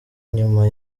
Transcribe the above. nyuma